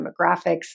demographics